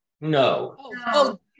No